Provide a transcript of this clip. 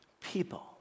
people